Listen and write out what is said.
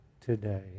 today